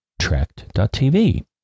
tracked.tv